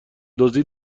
دزدی